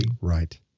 Right